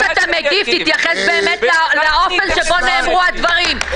תתייחס לאופן שבו נאמרו הדברים לפני כן.